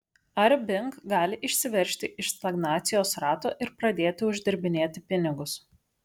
ar bing gali išsiveržti iš stagnacijos rato ir pradėti uždirbinėti pinigus